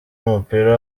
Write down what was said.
w’umupira